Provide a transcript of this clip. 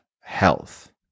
health